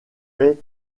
fais